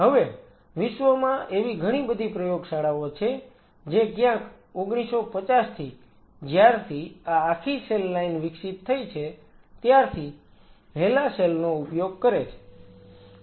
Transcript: હવે વિશ્વમાં એવી ઘણીબધી પ્રયોગશાળાઓ છે જે ક્યાંક 1950 થી જ્યારથી આ આખી સેલ લાઈન વિકસિત થઈ છે ત્યારથી હેલા સેલ નો ઉપયોગ કરે છે